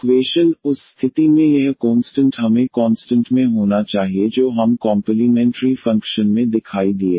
equation उस स्थिति में यह कोंस्टंट हमें कॉन्स्टंट में होना चाहिए जो हम कॉम्पलीमेंट्री फंक्शन में दिखाई दिए